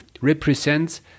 represents